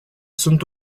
sunt